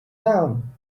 down